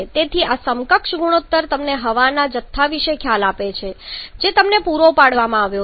તેથી આ સમકક્ષ ગુણોત્તર તમને હવાના જથ્થા વિશે ખ્યાલ આપે છે જે તમને પૂરો પાડવામાં આવ્યો છે